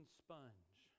sponge